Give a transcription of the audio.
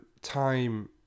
time